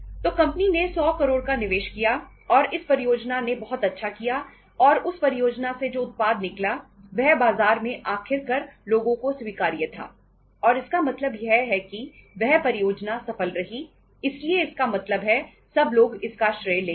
तो कंपनी ने 100 करोड का निवेश किया और इस परियोजना ने बहुत अच्छा किया और उस परियोजना से जो उत्पाद निकला वह बाजार में आखिर कर लोगों को स्वीकार्य था और इसका मतलब यह है कि वह परियोजना सफल रही इसलिए इसका मतलब है सब लोग इसका श्रेय लेंगे